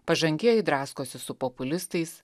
pažangieji draskosi su populistais